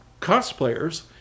cosplayers